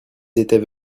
étaient